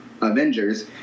Avengers